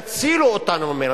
תצילו אותנו ממנה.